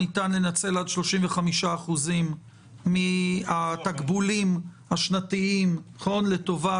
ניתן לנצל עד 35% מהתקבולים השנתיים לטובת